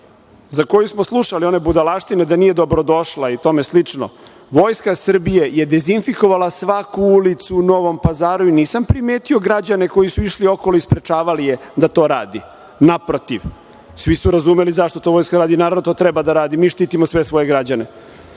za koju smo slušali one budalaštine da nije dobrodošla i tome slično, Vojska Srbije je dezinfikovala svaku ulicu u Novom Pazaru i nisam primetio građane koji su išli okolo i sprečavali je da to radi. Naprotiv, svi su razumeli zašto to Vojska radi i, naravno, to treba da radi. Mi štitimo sve svoje građane.